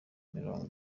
mirongo